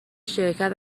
شرکت